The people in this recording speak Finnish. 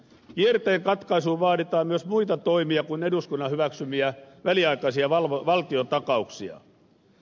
kierteen katkaisuun vaaditaan myös muita toimia kuin eduskunnan hyväksymiä väliaikaisia valtiontakauksia